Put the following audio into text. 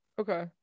Okay